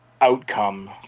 outcome